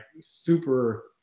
super